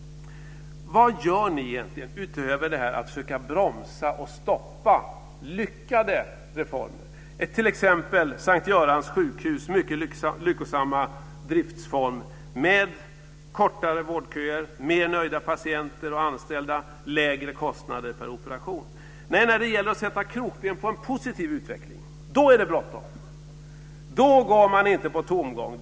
Vad gör ni egentligen utöver att försöka bromsa och stoppa lyckade reformer? Det gäller t.ex. S:t Görans sjukhus mycket lyckosamma driftsform med kortare vårdköer, mer nöjda patienter och anställda och lägre kostnader per operation. Nej, när det gäller att sätta krokben för en positiv utveckling - då är det bråttom! Då går man inte på tomgång.